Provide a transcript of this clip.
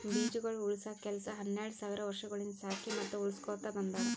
ಬೀಜಗೊಳ್ ಉಳುಸ ಕೆಲಸ ಹನೆರಡ್ ಸಾವಿರ್ ವರ್ಷಗೊಳಿಂದ್ ಸಾಕಿ ಮತ್ತ ಉಳುಸಕೊತ್ ಬಂದಾರ್